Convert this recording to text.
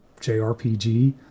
JRPG